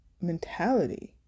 mentality